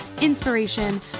inspiration